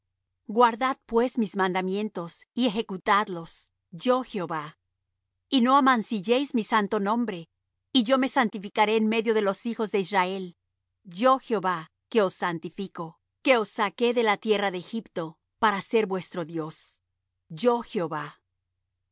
guardad pues mis mandamientos y ejecutadlos yo jehová y no amancilléis mi santo nombre y yo me santificaré en medio de los hijos de israel yo jehová que os santifico que os saqué de la tierra de egipto para ser vuestro dios yo jehová